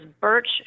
birch